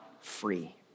free